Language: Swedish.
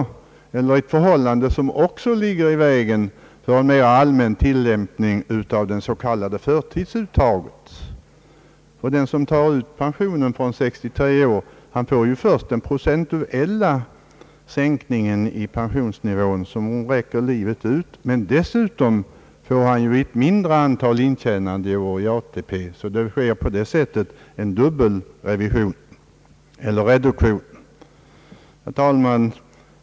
Det är ett förhållande som också ligger i vägen för ett mera allmänt utnyttjande av det s.k. förtidsuttaget. Den som tar ut pensionen från 63 år får vidkännas den procentuella sänkningen av pensionsnivån, men härtill kommer dessutom ett mindre antal intjänandeår i ATP-systemet. Under ett avsevärt antal år framåt blir det en dubbel reduktion. Herr talman!